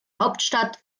hauptstadt